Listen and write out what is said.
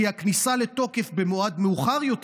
כי הכניסה לתוקף של התקנות במועד מאוחר יותר